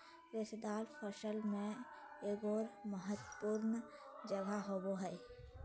रेशेदार फसल में एगोर महत्वपूर्ण जगह होबो हइ